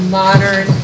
modern